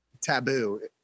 Taboo